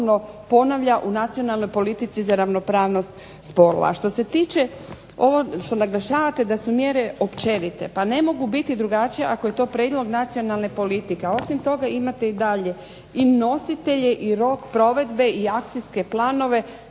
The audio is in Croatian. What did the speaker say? spolova. A što se tiče ovo što naglašavate da su mjere općenite, pa ne mogu biti drugačije ako je to prijedlog nacionalne politike, a osim toga imate i dalje i nositelj i rok provedbi i akcijske planove